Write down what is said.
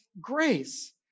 grace